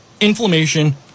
inflammation